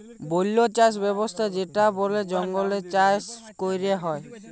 বল্য চাস ব্যবস্থা যেটা বলে জঙ্গলে চাষ ক্যরা হ্যয়